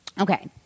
Okay